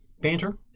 Banter